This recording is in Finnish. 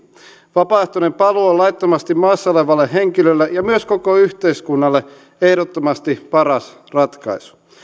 vapaaehtoinen paluu on laittomasti maassa olevalle henkilölle ja myös koko yhteiskunnalle ehdottomasti paras ratkaisu